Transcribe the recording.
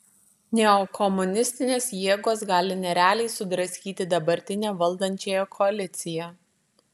neokomunistinės jėgos gali nerealiai sudraskyti dabartinę valdančiąją koaliciją